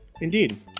Indeed